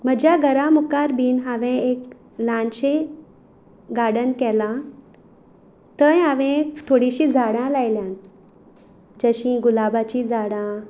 म्हज्या घरा मुखार बीन हांवें एक ल्हानशें गार्डन केलां थंय हांवें थोडीशीं झाडां लायल्यात जशीं गुलाबाचीं झाडां